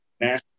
National